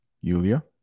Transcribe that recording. Yulia